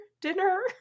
dinner